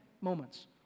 moments